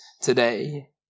today